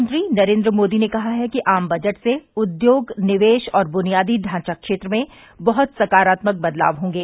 प्रधानमंत्री नरेन्द्र मोदी ने कहा है कि आम बजट से उद्योग निवेश और बुनियादी ढांचा क्षेत्र में बहत सकारात्मक बदलाव होंगे